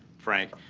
frank,